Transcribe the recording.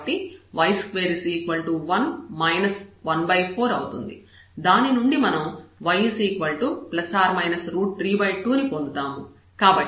కాబట్టి y21 14 అవుతుంది దాని నుండి మనం y±32 ని పొందుతాము